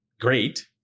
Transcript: Great